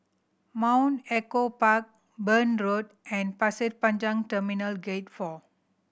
Mount Echo Park Burn Road and Pasir Panjang Terminal Gate Four